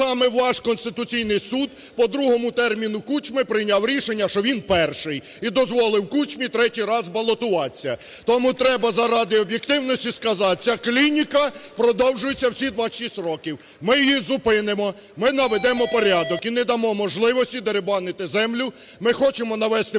він перший, і дозволив Кучмі третій раз балотуватися. Тому треба заради об'єктивності сказати, ця "клініка" продовжується всі 26 років. Ми її зупинимо, ми наведемо порядок і не дамо можливості дерибанити землю. Ми хочемо навести порядок